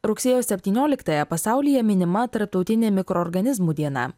rugsėjo septyniolikąją pasaulyje minima tarptautinė mikroorganizmų diena